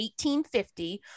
1850